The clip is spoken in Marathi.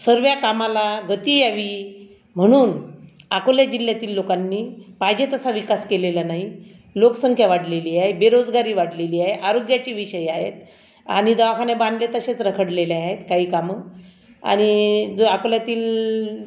सर्व्या कामाला गती यावी म्हणून आकोला जिल्ह्यातील लोकांनी पाहिजे तसा विकास केलेला नाही लोकसंख्या वाढलेली आहे बेरोजगारी वाढलेली आहे आरोग्याचे विषयी आहेत आणि दवाखाने बांधले तसेच रखडलेले आहेत काही कामं आणि जो अकोल्यातील